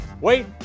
wait